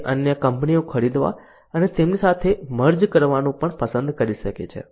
તે અન્ય કંપનીઓ ખરીદવા અથવા તેમની સાથે મર્જ કરવાનું પણ પસંદ કરી શકે છે